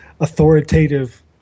authoritative